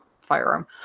firearm